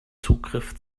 zugriff